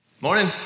Morning